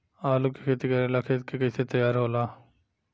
आलू के खेती करेला खेत के कैसे तैयारी होला?